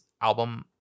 album